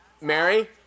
Mary